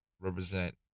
represent